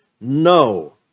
No